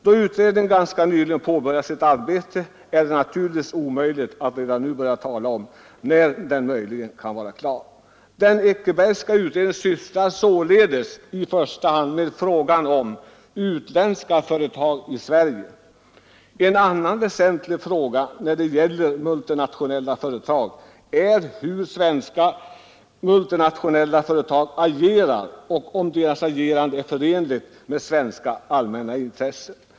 Då utredningen ganska nyligen påbörjat sitt arbete är det naturligtvis omöjligt att redan nu börja tala om när den kan vara klar. Den Eckerbergska utredningen sysslar således i första hand med frågan om utlandsägda företag i Sverige. En annan väsentlig fråga när det gäller multinationella företag ä svenska multinationella företag agerar och om deras agerande är förenligt med svenska allmänna intressen.